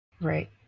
Right